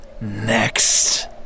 next